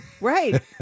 right